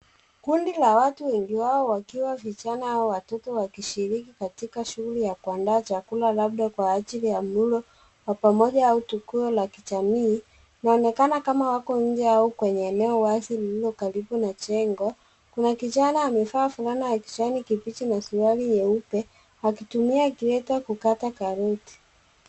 Kundi la watu wengi wao wakiwa vijana watoto wakishirki katika shuguli ya kuandaa chakula labda kwa ajili ya mlo wa pamoja au tukio la kijamii. Inaonekana kama wako nje au kwenye eneo wazi lililo karibu na jengo. Kuna kijana amevaa fulana ya kijani kibichi na suruali nyeupe akitumia kreta kukata karoti.